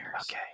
Okay